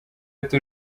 ati